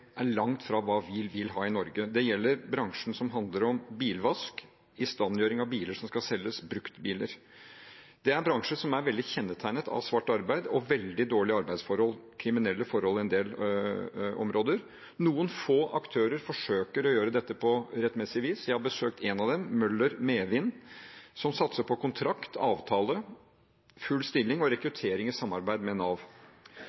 langt fra hva vi vil ha i Norge. Det gjelder bransjen som handler om bilvask, istandgjøring av biler som skal selges, bruktbiler. Det er en bransje som er veldig kjennetegnet av svart arbeid og veldig dårlige arbeidsforhold – kriminelle forhold på en del områder. Noen få aktører forsøker å gjøre dette på rettmessig vis. Jeg har besøkt en av dem, Møller Medvind, som satser på kontrakt, avtale, full stilling og